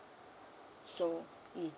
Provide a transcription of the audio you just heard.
so mm